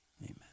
Amen